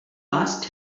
asked